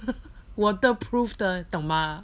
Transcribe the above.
waterproof 的懂吗